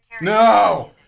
No